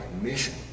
mission